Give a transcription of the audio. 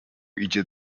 idzie